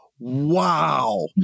Wow